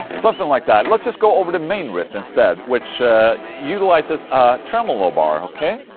and something like that, let's just go over the main riff instead which utilizes a tremolo bar, ok?